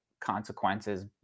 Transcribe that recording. consequences